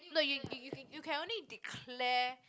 no you you you you can only declare